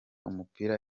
umupira